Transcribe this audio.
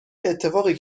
اتفاقی